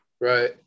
Right